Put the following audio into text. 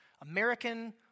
American